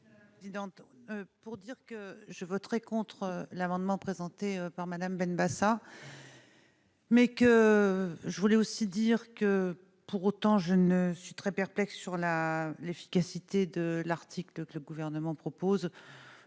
Madame Rossignol. Pour dire que je voterai contre l'amendement présenté par Madame Benbassa. Mais que je voulais aussi dire que, pour autant, je ne suis très perplexe sur la l'efficacité de l'article 2 que le gouvernement propose,